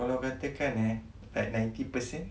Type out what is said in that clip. kalau katakan eh like ninety per cent